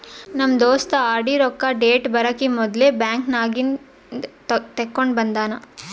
ನಮ್ ದೋಸ್ತ ಆರ್.ಡಿ ರೊಕ್ಕಾ ಡೇಟ್ ಬರಕಿ ಮೊದ್ಲೇ ಬ್ಯಾಂಕ್ ನಾಗಿಂದ್ ತೆಕ್ಕೊಂಡ್ ಬಂದಾನ